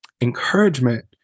encouragement